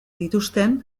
dituzten